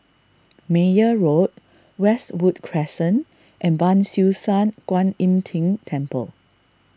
Meyer Road Westwood Crescent and Ban Siew San Kuan Im Tng Temple